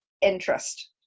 interest